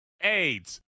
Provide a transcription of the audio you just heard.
AIDS